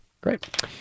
Great